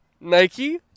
Nike